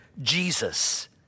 Jesus